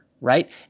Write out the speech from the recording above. Right